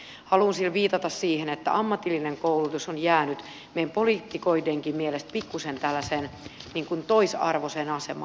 haluan sillä viitata siihen että ammatillinen koulutus on jäänyt meidän poliitikoidenkin mielestä pikkuisen tällaiseen toisarvoiseen asemaan